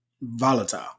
volatile